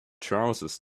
trousers